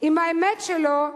עם האמת שלו,